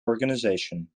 organization